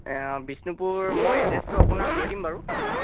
বিষ্ণুপুৰ মই এড্ৰেছটো আপোনাক কৈ দিম বাৰু